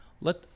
let